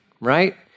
right